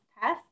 test